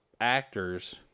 actors